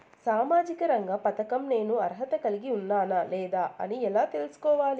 సామాజిక రంగ పథకం నేను అర్హత కలిగి ఉన్నానా లేదా అని ఎలా తెల్సుకోవాలి?